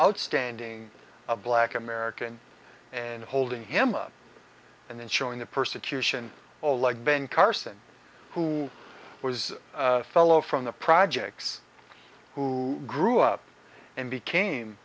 outstanding a black american and holding him up and then showing the persecution all like ben carson who was a fellow from the projects who grew up and became